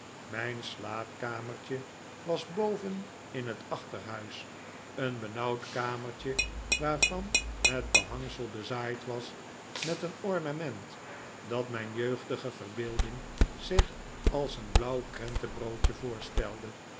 mijn slaapkamertje was boven in het achterhuis een benauwd kamertje waarvan het behangsel bezaaid was met een ornament dat mijn jeugdige verbeelding zich als een blauw krentenbroodje voorstelde